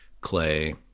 Clay